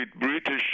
British